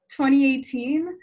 2018